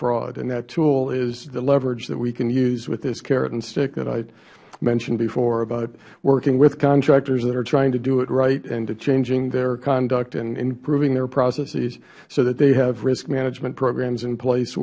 fraud and that tool is the leverage that we can use with this carrot and stick that i mentioned before about working with contractors that are trying to do it right and to changing their conduct and improving their processes so that they have risk management programs in place